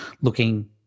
looking